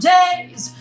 days